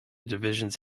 divisions